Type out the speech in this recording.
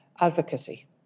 advocacy